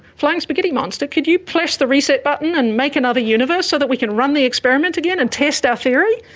flying spaghetti monster, could you press the reset button and make another universe so that we can run the experiment again and test our theory?